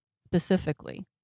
specifically